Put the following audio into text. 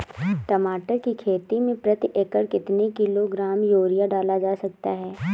टमाटर की खेती में प्रति एकड़ कितनी किलो ग्राम यूरिया डाला जा सकता है?